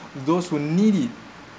those who need it